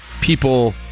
people